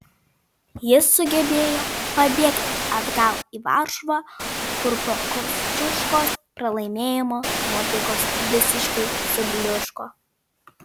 jis sugebėjo pabėgti atgal į varšuvą kur po kosciuškos pralaimėjimo nuotaikos visiškai subliūško